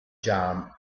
jam